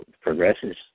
progresses